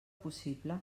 possible